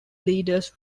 leaders